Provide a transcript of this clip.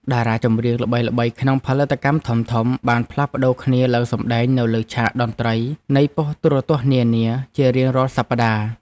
តារាចម្រៀងល្បីៗក្នុងផលិតកម្មធំៗបានផ្លាស់ប្តូរគ្នាឡើងសម្តែងនៅលើឆាកតន្ត្រីនៃប៉ុស្តិ៍ទូរទស្សន៍នានាជារៀងរាល់សប្តាហ៍។